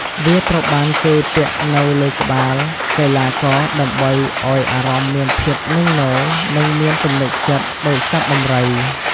វាត្រូវបានគេពាក់នៅលើក្បាលកីឡាករដើម្បីឱ្យអារម្មណ៍មានភាពនឹងនរ និងមានទំនុកចិត្តដូចសត្វដំរី។